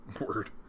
Word